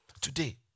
today